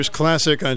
classic